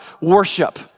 worship